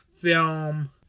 film